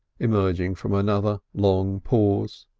emerging from another long pause.